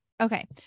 okay